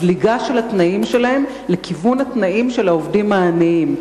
זליגה של התנאים שלהם לכיוון התנאים של העובדים העניים.